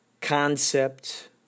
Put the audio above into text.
concept